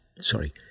Sorry